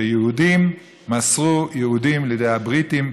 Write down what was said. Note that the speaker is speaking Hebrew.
יהודים מסרו יהודים לידי הבריטים,